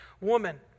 Woman